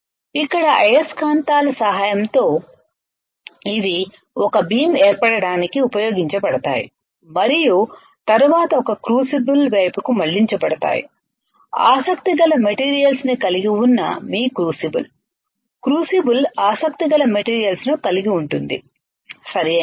ఇక్కడ అయస్కాంతాల సహాయంతో ఇవి ఒక బీమ్ ఏర్పడటానికి ఉపయోగించబడతాయి మరియు తరువాత ఒక క్రూసిబుల్ వైపుకు మళ్ళించబడతాయిఆసక్తిగల మెటీరియల్స్ ని కలిగి ఉన్న మీ క్రూసిబుల్ క్రూసిబుల్ ఆసక్తిగల మెటీరియల్స్ కలిగి ఉంటుంది సరియైనదా